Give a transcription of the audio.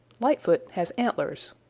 lightfoot has antlers.